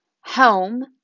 home